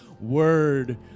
word